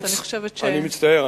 אני מצטער,